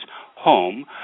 home